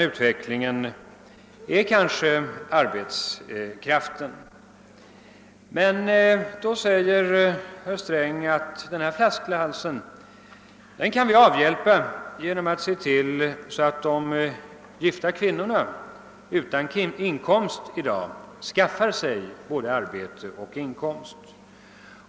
Flaskhalsen är kanske tillgången på arbetskraft, men herr Sträng ansåg att vi kan vidga den flaskhalsen genom att se till att de gifta kvinnor som i dag är utan inkomst skaffar sig arbete och inkomst.